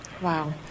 Wow